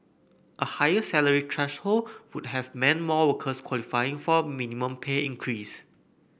a higher salary threshold would have meant more workers qualifying for a minimum pay increase